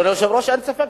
אדוני היושב-ראש, אין ספק.